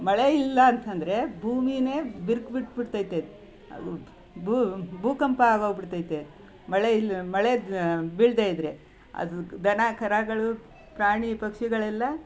ಮಳೆ ಇಲ್ಲಾಂತಂದರೆ ಭೂಮಿಯೇ ಬಿರುಕು ಬಿಟ್ಟು ಬಿಡ್ತದೆ ಅದು ಭೂಕಂಪ ಆಗ್ಹೋಗಿ ಬಿಡ್ತದೆ ಮಳೆ ಇಲ್ಲ ಮಳೆ ಬೀಳದೇ ಇದ್ದರೆ ಅದು ದನ ಕರುಗಳು ಪ್ರಾಣಿ ಪಕ್ಷಿಗಳೆಲ್ಲ